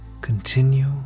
Continue